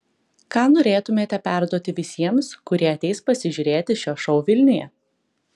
ką norėtumėte perduoti visiems kurie ateis pasižiūrėti šio šou vilniuje